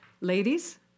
ladies